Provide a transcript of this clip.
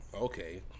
okay